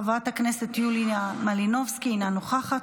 חברת הכנסת יוליה מלינובסקי, אינה נוכחת.